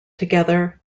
together